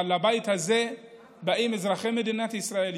אבל לבית הזה באים אזרחי מדינת ישראל,